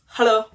Hello